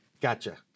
Gotcha